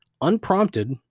unprompted